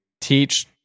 teach